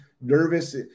nervous